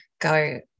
go